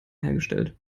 hergestellt